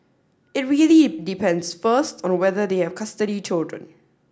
it really depends first on whether they have custody children